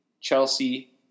Chelsea